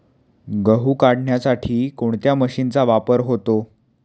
गहू काढण्यासाठी कोणत्या मशीनचा वापर होतो?